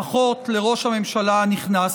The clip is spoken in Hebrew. ברכות לראש הממשלה הנכנס.